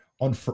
On